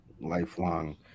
lifelong